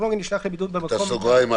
טכנולוגי נשלח לבידוד במקום מטעם המדינה."